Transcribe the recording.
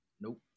Nope